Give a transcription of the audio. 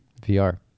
vr